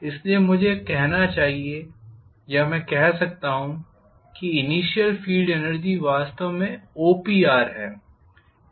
इसलिए मुझे यह कहना चाहिए या मैं कह सकता हूं कि इनिशियल फील्ड एनर्जी वास्तव में OPR है यह क्षेत्रफल है